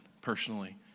personally